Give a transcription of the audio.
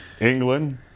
England